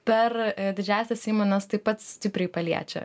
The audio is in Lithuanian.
per didžiąsias įmones taip pat stipriai paliečia